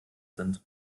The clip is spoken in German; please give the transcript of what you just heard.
sind